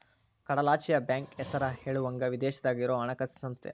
ಕಡಲಾಚೆಯ ಬ್ಯಾಂಕ್ ಹೆಸರ ಹೇಳುವಂಗ ವಿದೇಶದಾಗ ಇರೊ ಹಣಕಾಸ ಸಂಸ್ಥೆ